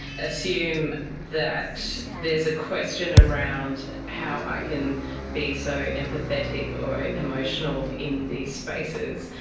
assume that there is a question around how i can be so empathetic or emotional in these spaces.